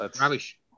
Rubbish